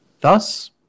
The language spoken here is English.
Thus